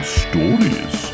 stories